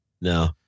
No